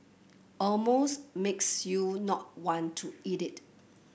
almost makes you not want to eat it